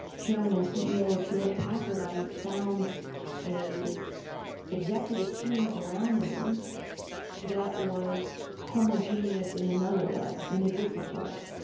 chairman and ceo of hewlett packard i found a executive team around me that was homogenous in another way, in a different way.